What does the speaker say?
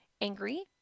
angry